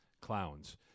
clowns